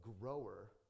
grower